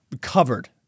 covered